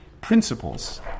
principles